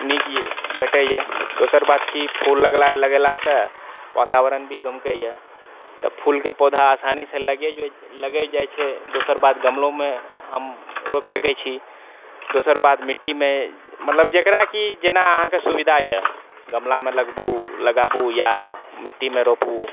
नीक भेटैए दोसर बात कि फूल लगला लगेलासँ वातावरण भी गमकैए तऽ फूल के पौधा आसानी से लागि जाइ लागिओ जाइत छै दोसर बात गमलोमे हम रोपि सकैत छी दोसर बात मिट्टीमे मतलब जेकरा कि जेना अहाँकेन सुविधा यऽ गमलामे लगबू लगाबू या मिट्टीमे रोपू